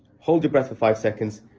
hold your breath for five seconds,